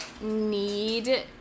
need